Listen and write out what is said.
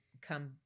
come